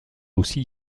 aussi